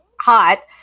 hot